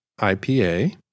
IPA